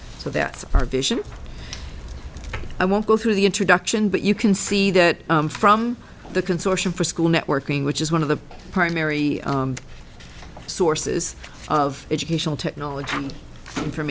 so that our vision i won't go through the introduction but you can see that from the consortium for school networking which is one of the primary sources of educational technology